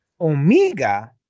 Omega